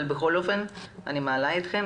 אבל בכל אופן אני מעלה אתכם,